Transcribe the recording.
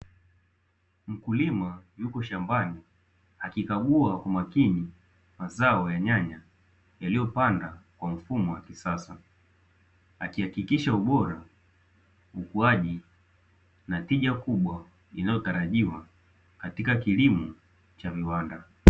Mkulima yuko shambani, akikagua kwa makini mazao ya nyanya yaliyopandwa kwa mfumo wa kisasa, akihakikisha ubora, ukuaji na tija kubwa inayotarajiwa katika kilimo cha viwanda.